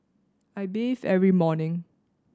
I bathe every morning